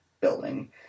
building